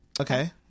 okay